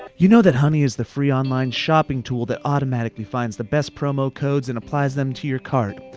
you know that honey is the free online shopping tool that automatically finds the best promo codes and applies them to your cart.